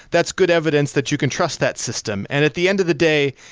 that's good evidence that you can trust that system. and at the end of the day,